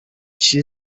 she